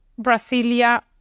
Brasilia